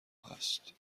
هست